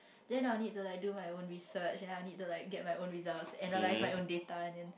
then I will need to like do my own research and then I'll need to like get my own results analyse my own data and then